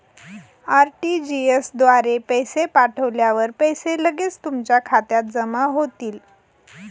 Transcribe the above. RTGS द्वारे पैसे पाठवल्यावर पैसे लगेच तुमच्या खात्यात जमा होतील